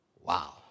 Wow